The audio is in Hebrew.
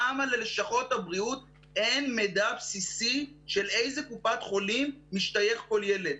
למה ללשכות הבריאות אין מידע בסיסי לאיזה קופת חולים משתייך כל ילד?